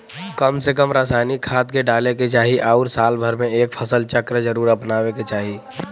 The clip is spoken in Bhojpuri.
कम से कम रासायनिक खाद के डाले के चाही आउर साल भर में एक फसल चक्र जरुर अपनावे के चाही